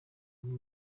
bamwe